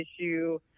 issue